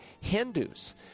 Hindus